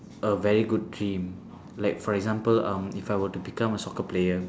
a very good dream like for example um if I were to become a soccer player